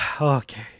okay